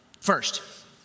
first